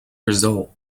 result